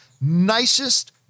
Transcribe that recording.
nicest